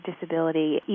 disability